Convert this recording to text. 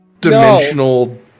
dimensional